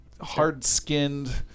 hard-skinned